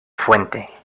fuente